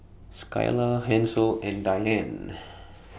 Skyla Hansel and Diane